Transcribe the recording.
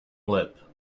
lip